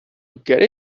get